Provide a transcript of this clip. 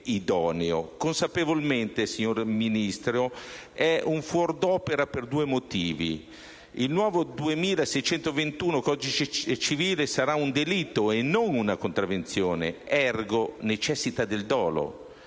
«consapevolmente», signor Ministro, è un fuor d'opera, per due motivi. Il nuovo articolo 2621 del codice civile prevederà un delitto e non una contravvenzione, *ergo* necessita del dolo;